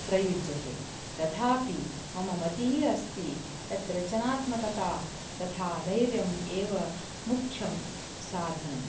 प्रयुज्यते तथापि मम मतिः अस्ति यत् रचनात्मकता तथा धैर्यम् एव मुख्यं साधनम्